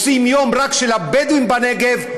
עושים יום רק של הבדואים בנגב,